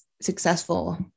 successful